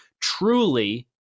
truly